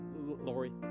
Lori